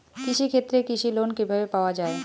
কৃষি ক্ষেত্রে কৃষি লোন কিভাবে পাওয়া য়ায়?